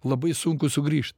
labai sunku sugrįžt